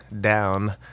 Down